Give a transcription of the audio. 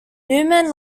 newman